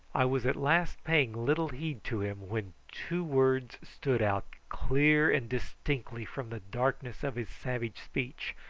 i was at last paying little heed to him when two words stood out clear and distinctly from the darkness of his savage speech,